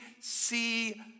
see